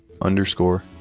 underscore